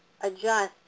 adjust